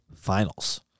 Finals